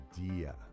idea